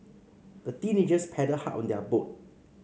the teenagers paddled hard on their boat